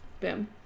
Boom